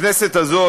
הכנסת הזאת,